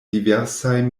diversaj